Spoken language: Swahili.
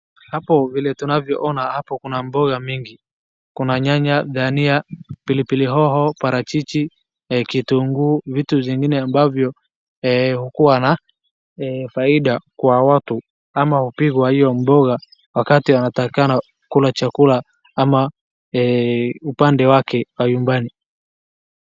Hapo vile tunavyoona hapo kuna mboga nyingi, kuna nyanya, dania, pilipili hoho, parachichi, kitunguu, vitu zingine ambavyo hukuwa na faida kwa watu ama hupigwa hiyo mboga wakati inatakikana kula chakula ama upande wake wa nyumbani.